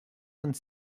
vingt